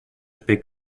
pick